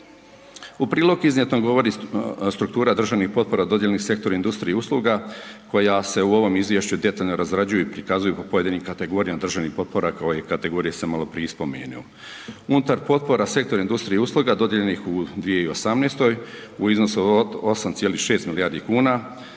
U prilog iznijetom govori struktura državnih potpora dodijeljeni sektoru industriji i usluga koja se u ovom izvješću detaljno izrađuju i prikazuju po pojedinim kategorijama državnih potpora kao i kategorije koje sam malo prije i spomenuo. Unutar potpora sektor industrija i usluga dodijeljenih u 2018. u iznosu od 8,6 milijardi kuna